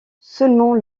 seulement